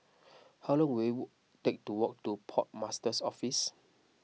how long will take to walk to Port Master's Office